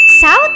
South